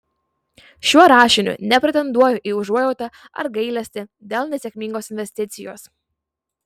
šiuo rašiniu nepretenduoju į užuojautą ar gailestį dėl nesėkmingos investicijos